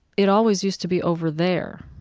it always used to be over there,